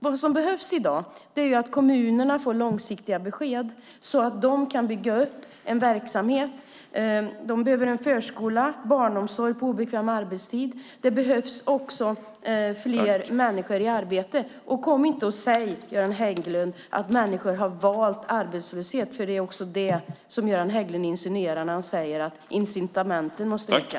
Det som i dag behövs är att kommunerna får långsiktiga besked så att de kan bygga upp verksamheterna. Det behövs en förskola med barnomsorg på obekväm arbetstid, och fler människor behöver komma i arbete. Kom inte och säg att människor har valt arbetslösheten. Det är vad Göran Hägglund insinuerar när han säger att incitamenten måste öka.